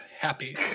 happy